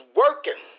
working